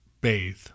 bathe